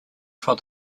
from